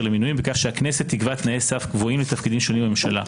למינויים בכך שהכנסת תקבע תנאי סף קבועים לתפקידים שונים בממשלה.